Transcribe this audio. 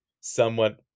somewhat